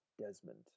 Desmond